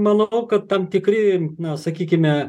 manau kad tam tikri na sakykime